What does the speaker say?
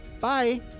Bye